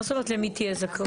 מה זאת אומרת למי תהיה זכאות?